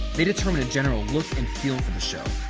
they determine a general look and feel for the show.